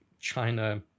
China